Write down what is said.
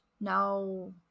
Now